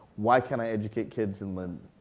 why can't i educate kids in lyndon?